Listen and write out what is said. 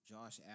Josh